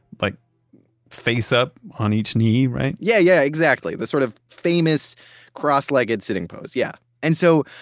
like face up on each knee, right? yeah, yeah, exactly, the sort of famous cross-legged sitting pose, yeah. and so,